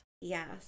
Yes